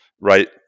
right